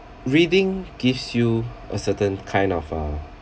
reading gives you a certain kind of uh